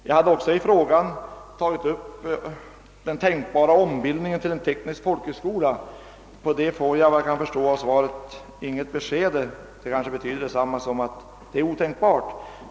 Jag hade i min interpellation också tagit upp frågan om den tänkbara ombildningen av Örnsköldsviks tekniska skola till en teknisk folkhögskola. På denna fråga får jag emellertid, såvitt jag kan förstå, inget besked, vilket kanske betyder detsamma som att en sådan ombildning är otänkbar.